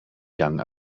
young